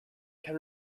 can